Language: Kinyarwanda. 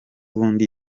ubundi